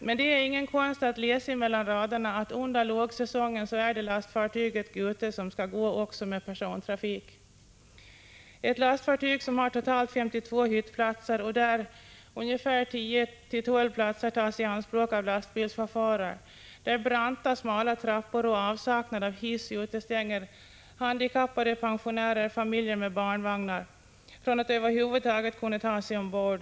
Men det är ingen konst att läsa mellan raderna att lastfartyget Gute under lågsäsongen skall gå också med persontrafik — ett lastfartyg som har totalt 52 hyttplatser, av vilka mellan tio och tolv tas i anspråk av lastbilschaufförer, där branta smala trappor och avsaknad av hiss utestänger handikappade, pensionärer och familjer med barnvagnar från att över huvud taget kunna ta sig ombord.